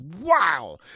wow